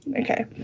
Okay